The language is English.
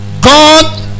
God